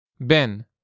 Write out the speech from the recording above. Ben